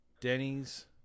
Denny's